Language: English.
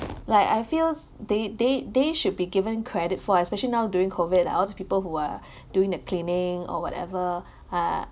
like I feels they they they should be given credit for especially now during COVID all those people who are doing the cleaning or whatever ah